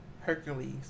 Hercules